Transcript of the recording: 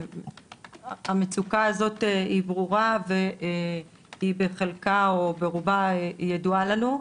המצוקה הזאת היא ברורה והיא בחלקה או ברובה ידועה לנו.